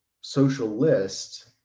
socialist